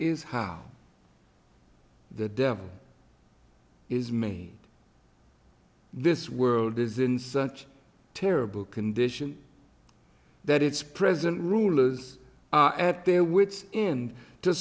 is how the devil is me this world is in such terrible condition that its present rulers at their wit's end to